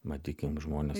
matykim žmones